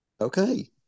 Okay